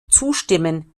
zustimmen